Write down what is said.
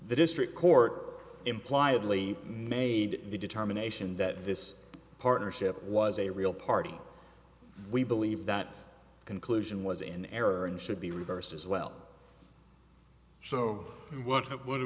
the district court impliedly made the determination that this partnership was a real party we believe that conclusion was in error and should be reversed as well so what w